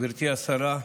גברתי השרה,